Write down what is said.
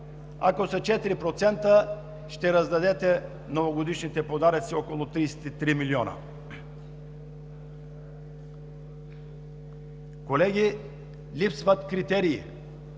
ако са 4% ще раздадете новогодишните подаръци – около 33 млн. лв. Колеги, липсват критерии.